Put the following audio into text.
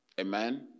Amen